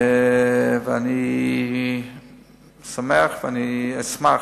ואני שמח ואשמח